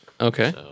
Okay